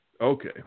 Okay